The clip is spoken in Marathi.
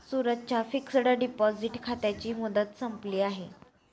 सूरजच्या फिक्सड डिपॉझिट खात्याची मुदत संपली आहे